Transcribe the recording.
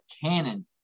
cannon